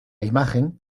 imagen